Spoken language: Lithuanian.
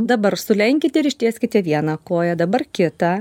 dabar sulenkite ir ištieskite vieną koją dabar kitą